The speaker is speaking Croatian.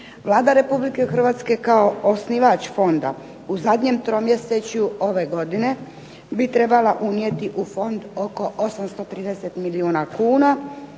Vlada Republike Hrvatske kao osnivač fonda u zadnjem tromjesečju ove godine bi trebala unijeti u fond oko 830 milijuna kuna.